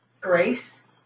grace